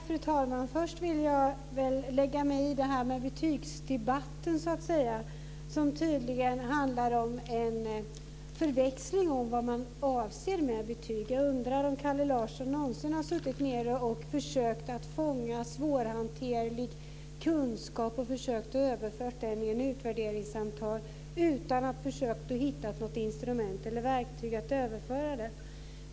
Fru talman! Först vill jag lägga mig i den här betygsdebatten, som tydligen handlar om en förväxling i fråga om vad man avser med betyg. Jag undrar om Kalle Larsson någonsin har suttit och försökt fånga svårhanterlig kunskap och försökt överföra den i ett utvärderingssamtal utan att ha något instrument eller verktyg för detta.